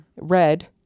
red